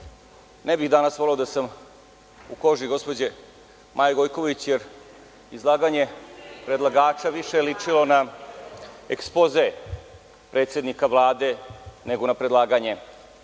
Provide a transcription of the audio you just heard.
ne bih danas voleo da sam u koži gospođe Maje Gojković, jer izlaganje predlagača više je ličilo na ekspoze predsednika Vlade nego na predlaganje